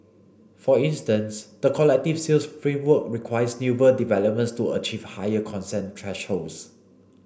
for instance the collective sales framework requires newer developments to achieve higher consent thresholds